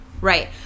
right